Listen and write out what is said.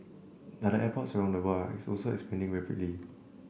other airports around the world are also expanding rapidly